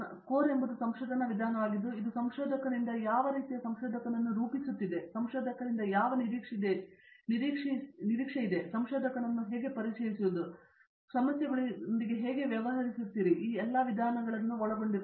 core ಎಂಬುದು ಸಂಶೋಧನಾ ವಿಧಾನವಾಗಿದ್ದು ಇದು ಸಂಶೋಧಕನಿಂದ ಯಾವ ರೀತಿ ಸಂಶೋಧಕನನ್ನು ರೂಪಿಸುತ್ತಿದೆ ಸಂಶೋಧಕರಿಂದ ನಿರೀಕ್ಷೆಯಿದೆ ಎಂದು ಸಂಶೋಧಕನನ್ನು ಪರಿಚಯಿಸುವುದು ನೀವು ಸಮಸ್ಯೆಗಳೊಂದಿಗೆ ಹೇಗೆ ವ್ಯವಹರಿಸುತ್ತೀರಿ ಮತ್ತು ಇದು ಎಲ್ಲ ವಿಧಾನಗಳ ವಿಧಾನವಾಗಿದೆ